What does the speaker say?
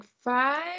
five